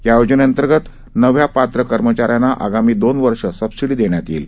या योजनेअंतर्गत नव्या पात्र कर्मचाऱ्यांना आगामी दोन वर्ष सबसीडी देण्यात येईल